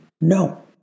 No